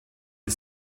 die